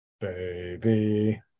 baby